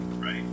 right